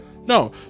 no